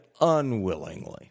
unwillingly